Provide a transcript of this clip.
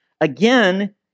Again